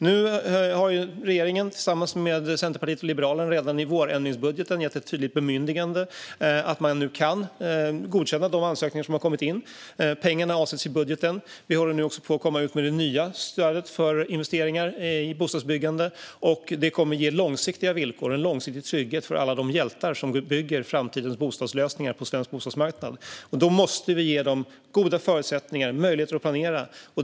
Nu har regeringen tillsammans med Centerpartiet och Liberalerna redan i vårändringsbudgeten gett tydligt bemyndigande att godkänna de ansökningar som kommit in. Pengarna avsätts i budgeten. Vi är också på väg ut med det nya stödet för investeringar i bostadsbyggande. Det kommer att ge långsiktiga villkor och långsiktig trygghet för alla de hjältar som bygger framtidens bostadslösningar på svensk bostadsmarknad. Vi måste ge dem goda förutsättningar och möjligheter att planera.